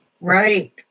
Right